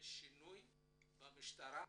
ושינוי במשטרה,